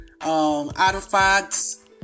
artifacts